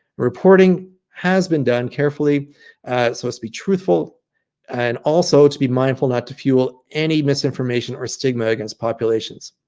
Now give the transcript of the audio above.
reporting has been done carefully so as to be truthful and also to be mindful not to fuel any misinformation or stigma against populations.